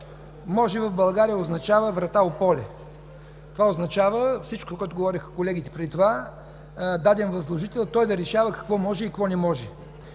„Може” в България означава „врата у поле”. Това означава всичко, което говориха колегите преди това – даден възложител да решава какво може и какво не може.